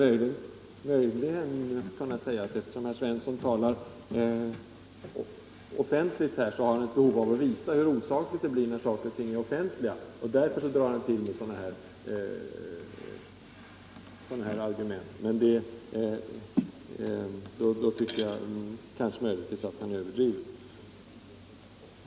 Eftersom herr Svensson i Eskilstuna talar offentligt här skulle man möjligen kunna tro att han försöker visa hur osakligt det blir när saker och ting är offentliga, och därför drar han till med sådana där argument.